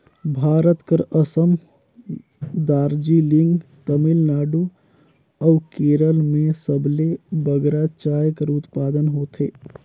भारत कर असम, दार्जिलिंग, तमिलनाडु अउ केरल में सबले बगरा चाय कर उत्पादन होथे